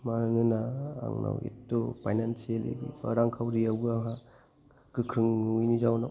मानोना आंना एसेबां फाइनेन्सियेलि रांखाउरिआवबो आंहा गोख्रों नङिनो जाहोनाव